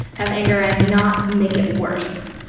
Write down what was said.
have anger and not make it worse,